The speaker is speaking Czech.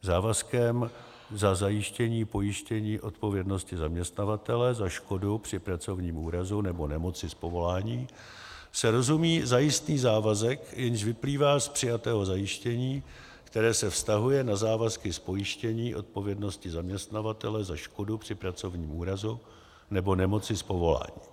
Závazkem za zajištění pojištění odpovědnosti zaměstnavatele za škodu při pracovním úrazu nebo nemoci z povolání se rozumí zajistný závazek, jenž vyplývá z přijatého zajištění, které se vztahuje na závazky z pojištění odpovědnosti zaměstnavatele za škodu při pracovním úrazu nebo nemoci z povolání.